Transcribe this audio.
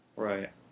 Right